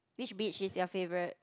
which beach is your favourite